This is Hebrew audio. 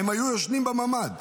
הם היו ישנים בממ"ד.